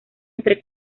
entre